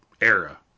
era